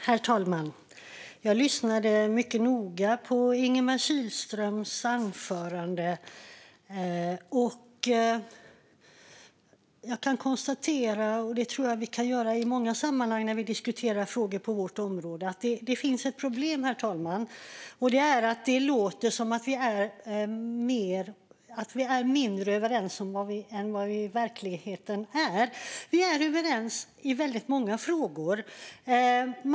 Herr talman! Jag lyssnade mycket noga på Ingemar Kihlström. Jag kan konstatera att det finns ett problem, herr talman, och det är att det låter som om vi är mindre överens än vad vi i verkligheten är, liksom i många sammanhang när vi diskuterar frågor inom vårt område. Vi är överens i väldigt många frågor.